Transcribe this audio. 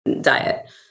diet